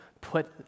put